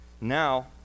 Now